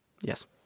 Yes